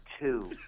two